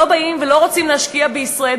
לא באים ולא רוצים להשקיע בישראל,